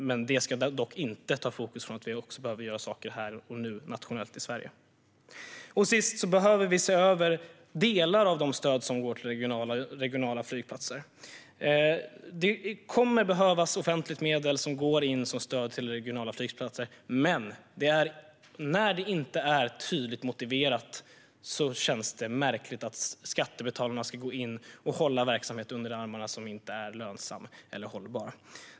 Men det ska dock inte ta fokus från att vi också behöver göra saker här och nu nationellt i Sverige. Sist behöver vi se över delar av de stöd som går till regionala flygplatser. Det kommer att behövas offentliga medel som går in som stöd till regionala flygplatser. Men när det inte är tydligt motiverat känns det märkligt att skattebetalarna ska gå in och hålla verksamhet under armarna som inte är lönsam eller hållbar.